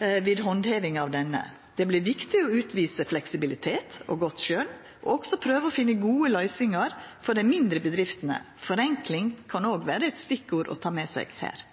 ved handhevinga av denne. Det vert viktig å utvisa fleksibilitet og godt skjønn og òg prøva å finna gode løysingar for dei mindre bedriftene. «Forenkling» kan vera eit stikkord å ta med seg her.